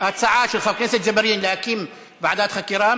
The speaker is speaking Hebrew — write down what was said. ההצעה של חבר הכנסת ג'בארין להקים ועדת חקירה,